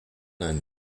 ein